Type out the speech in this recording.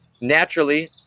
naturally